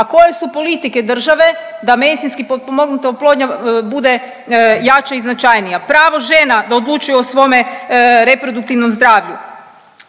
a koje su politike države da medicinski potpomognuta oplodnja bude jača i značajnija. Pravo žena da odlučuje o svome reproduktivnom zdravlju.